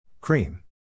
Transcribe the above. Cream